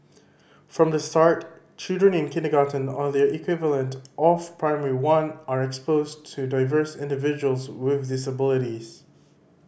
from the start children in kindergarten or their equivalent of Primary One are exposed to diverse individuals with disabilities